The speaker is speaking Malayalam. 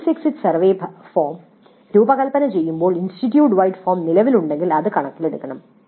കോഴ്സ് എക്സിറ്റ് സർവേ ഫോം രൂപകൽപ്പന ചെയ്യുമ്പോൾ ഇൻസ്റ്റിറ്റ്യൂട്ട് വൈഡ് ഫോം നിലവിലുണ്ടെങ്കിൽ അത് കണക്കിലെടുക്കണം